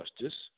Justice